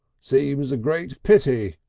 seems a great pity.